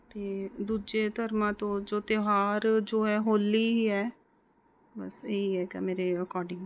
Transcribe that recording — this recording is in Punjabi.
ਅਤੇ ਦੂਜੇ ਧਰਮਾਂ ਤੋਂ ਜੋ ਤਿਉਹਾਰ ਜੋ ਹੈ ਹੌਲੀ ਹੀ ਹੈ ਬਸ ਇਹ ਹੀ ਹੈਗਾ ਮੇਰੇ ਅਕੋਰਡਿੰਗ